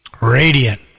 radiant